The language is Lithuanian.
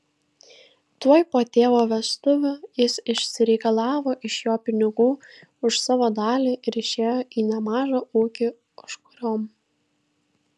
tuoj po tėvo vestuvių jis išsireikalavo iš jo pinigų už savo dalį ir išėjo į nemažą ūkį užkuriom